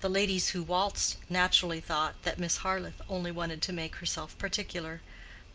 the ladies who waltzed naturally thought that miss harleth only wanted to make herself particular